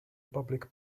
public